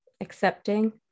accepting